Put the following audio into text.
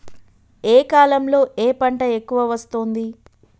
ఏ కాలంలో ఏ పంట ఎక్కువ వస్తోంది?